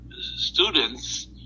students